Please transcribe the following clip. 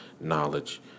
knowledge